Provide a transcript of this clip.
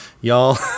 y'all